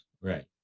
Right